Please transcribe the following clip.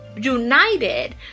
united